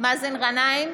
מאזן גנאים,